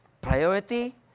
priority